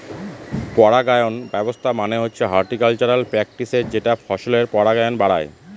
পরাগায়ন ব্যবস্থা মানে হচ্ছে হর্টিকালচারাল প্র্যাকটিসের যেটা ফসলের পরাগায়ন বাড়ায়